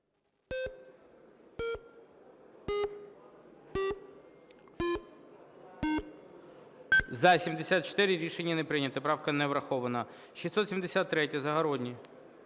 За-74 Рішення не прийнято. Правка не врахована. 673, Загородній.